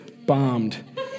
bombed